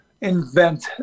invent